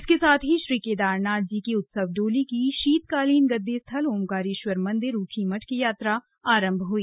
इसके साथ ही श्री केदारनाथ जी की उत्सव डोली की शीतकालीन गद्दीस्थल ओंकारेश्वर मंदिर ऊखीमठ की यात्रा आरंभ हई